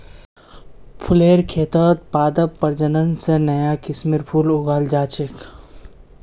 फुलेर खेतत पादप प्रजनन स नया किस्मेर फूल उगाल जा छेक